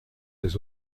des